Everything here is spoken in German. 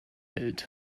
hält